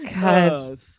God